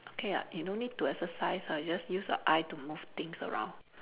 okay [what] you no need to exercise ah just use your eye to move things around